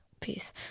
Peace